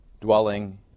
dwelling